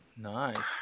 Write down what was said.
Nice